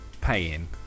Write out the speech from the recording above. paying